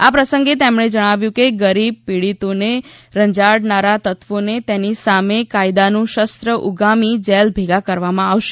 આ પ્રસંગે તેમણે જણાવ્યું કે ગરીબ પીડિતોને રંજાડનારા તત્વોને તેની સામે કાયદાનું શસ્ત્ર ઉગામી જેલ ભેગા કરવામાં આવશે